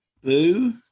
Boo